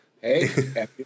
Hey